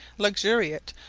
luxuriate,